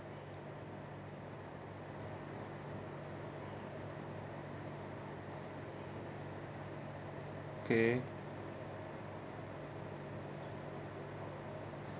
okay